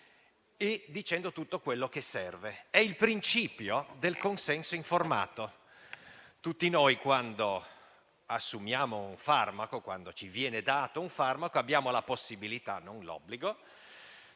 dicendo tutto quello che serve. È il principio del consenso informato. Tutti noi quando assumiamo un farmaco, abbiamo la possibilità, non l'obbligo,